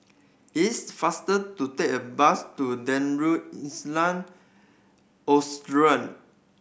it's faster to take a bus to Darul Ihsan